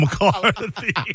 McCarthy